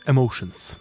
Emotions